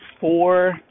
four